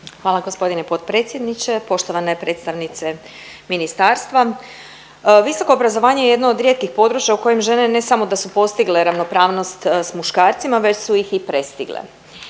Hvala g. potpredsjedniče. Poštovane predstavnice ministarstva. Visoko obrazovanje je jedno od rijetkih područja u kojem žene ne samo da su postigle ravnopravnost s muškarcima već su ih i prestigle,